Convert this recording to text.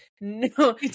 no